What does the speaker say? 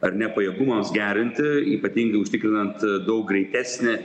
ar ne pajėgumams gerinti ypatingai užtikrinant daug greitesnį